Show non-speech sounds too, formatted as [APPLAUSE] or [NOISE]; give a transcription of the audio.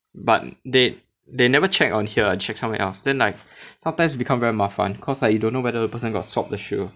but they they never check on here check somewhere else then like [BREATH] sometimes become very 麻烦 cause like you don't know whether the person got swap the shoe